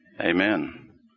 amen